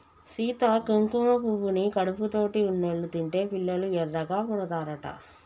సీత కుంకుమ పువ్వుని కడుపుతోటి ఉన్నోళ్ళు తింటే పిల్లలు ఎర్రగా పుడతారట